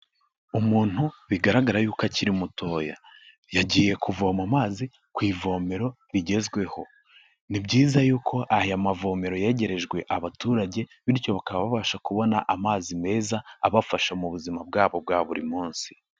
Umuntu bigaragara yuko akiri mutoya yagiye kuvoma mazi ku ivomero rigezweho ni byiza yuko aya mavomero yegerejwe abaturage bityo bakaba babasha kubona amazi meza abafasha mu buzima bwabo bwa buri munsi.